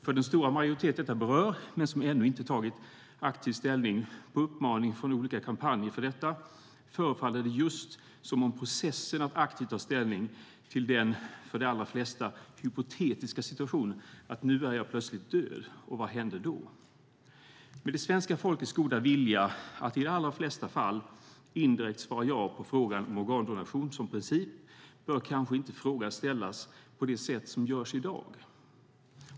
För den stora majoritet detta berör, men som ännu inte tagit aktiv ställning på uppmaning från olika kampanjer för detta, förefaller det just som att det behövs en process att aktivt ta ställning till den för de allra flesta hypotetiska situationen: "Nu är jag plötsligt död och vad händer då?" Med det svenska folkets goda vilja att i de allra flesta fall indirekt svara ja på frågan om organdonation som princip bör kanske inte frågan ställas på det sätt som sker i dag.